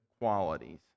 qualities